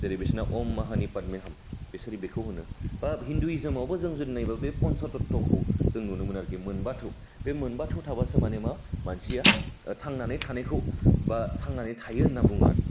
जेरै बिसोरना उम मानि पातमे हाम बेसोरो बेखौ होनो बा हिन्दुयुजोमावबो जों जुदि नायोबा बे पन्चतत्वखौ जों नुनो मोनो आरोखि मोनबा थौ बे मोनबा थाबासो मानि मा मानसिया थांनानै थानायखौ बा थांनानै थायो होनानै बुङो आरोखि